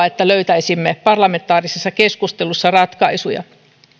että löytäisimme parlamentaarisessa keskustelussa ratkaisuja